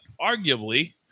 arguably